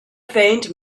faint